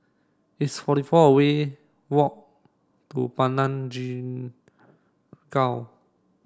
it's forty four we walk to Padang